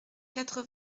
quatre